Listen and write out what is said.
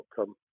outcome